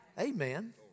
Amen